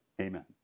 amen